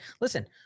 listen